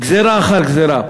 גזירה אחר גזירה,